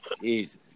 Jesus